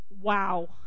Wow